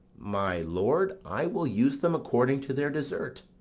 my lord, i will use them according to their desert.